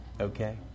Okay